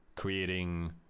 creating